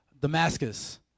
Damascus